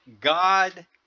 God